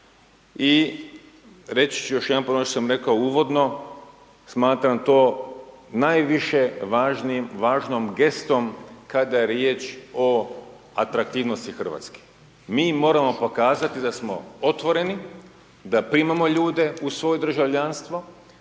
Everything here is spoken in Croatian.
I reći ću još jednom ponoviti ono što sam rekao uvodno, smatram to najviše važnom gestom kada je riječ o atraktivnosti Hrvatske. Mi moram pokazati da smo otvoreni, da primamo ljude u svoje državljanstvo,